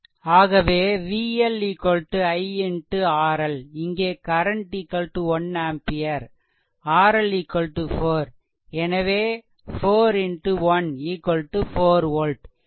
ஆகவே VL I X RL இங்கே current 1 ampere RL 4 எனவே 4 X 1 4 volt